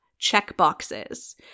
checkboxes